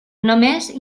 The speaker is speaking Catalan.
només